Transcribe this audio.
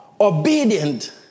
obedient